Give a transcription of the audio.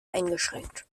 eingeschränkt